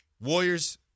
Warriors